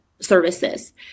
services